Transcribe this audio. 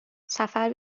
سفر